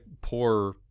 poor